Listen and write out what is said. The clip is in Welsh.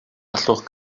allwch